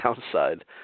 downside